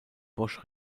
bosch